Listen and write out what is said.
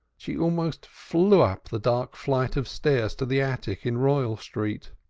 she almost flew up the dark flight of stairs to the attic in royal street.